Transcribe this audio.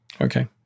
Okay